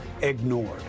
ignored